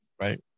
right